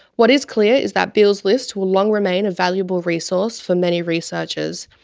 what is clear is that beall's list will long remain a valuable resource for many researchers,